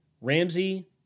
Ramsey